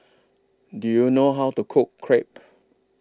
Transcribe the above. Do YOU know How to Cook Crepe